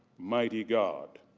mighty god.